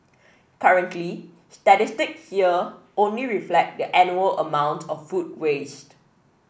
currently statistics here only reflect the annual amount of food waste